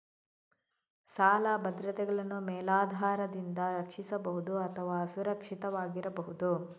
ಸಾಲ ಭದ್ರತೆಗಳನ್ನು ಮೇಲಾಧಾರದಿಂದ ರಕ್ಷಿಸಬಹುದು ಅಥವಾ ಅಸುರಕ್ಷಿತವಾಗಿರಬಹುದು